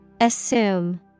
Assume